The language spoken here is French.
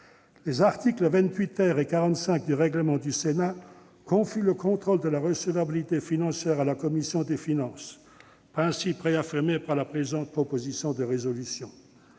Les articles 28 et 45 du règlement du Sénat confient le contrôle de la recevabilité financière à la commission des finances. Ce principe est réaffirmé par la présente proposition de résolution.